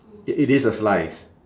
it it is a slice